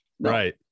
right